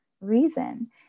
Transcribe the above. reason